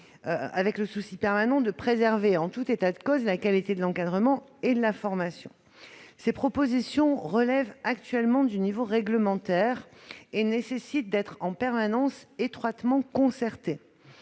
avec le souci permanent de préserver la qualité de l'encadrement et de la formation. Ces mesures relèvent actuellement du niveau réglementaire et doivent être en permanence étroitement concertées.